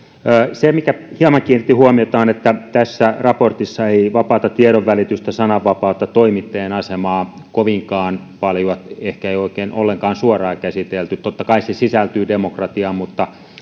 se mikä hieman kiinnitti huomiota on se että tässä raportissa ei vapaata tiedonvälitystä sananvapautta toimittajan asemaa kovinkaan paljoa ehkä ei oikein ollenkaan suoraan käsitellä totta kai ne sisältyvät demokratiaan mutta